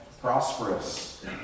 prosperous